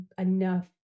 enough